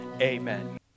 Amen